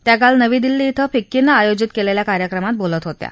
त्या काल नवी दिल्ली इथं फिक्कीनं आयोजित केलेल्या कार्यक्रमात बोलत होत्या